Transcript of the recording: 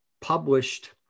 published